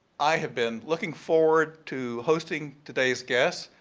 i have been looking forward to hosting today's guest,